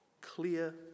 clear